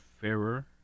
fairer